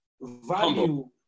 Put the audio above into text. value